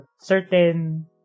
certain